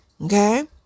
Okay